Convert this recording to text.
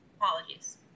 Apologies